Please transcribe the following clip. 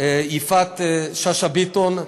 יפעת שאשא ביטון,